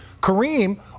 Kareem